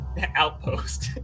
outpost